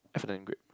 F and N grape